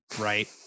right